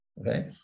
Okay